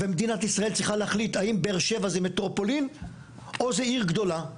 מדינת ישראל צריכה להחליט האם באר שבע היא מטרופולין או עיר גדולה,